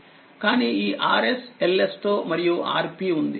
ఇదినా C కానీఆRsLs తో మరియుRpఉంది